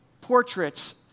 portraits